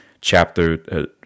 chapter